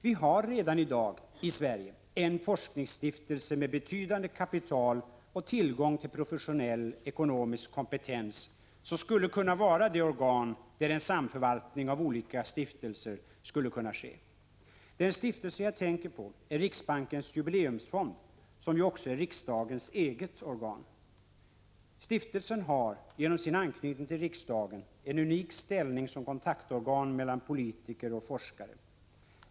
Vi har redan i dag i Sverige en forskningsstiftelse med betydande kapital och tillgång till professionell ekonomisk kompetens som skulle kunna vara det organ där en samförvaltning av olika stiftelser skulle kunna ske. Den stiftelse jag tänker på är Riksbankens jubileumsfond, som ju också är riksdagens eget organ. Stiftelsen har genom sin anknytning till riksdagen en unik ställning som kontaktorgan mellan politiker och forskare.